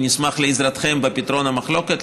נשמח לעזרתכם בפתרון המחלוקת,